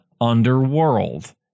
Underworld